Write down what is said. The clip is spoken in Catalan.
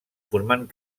formant